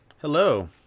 Hello